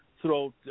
throughout